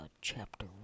chapter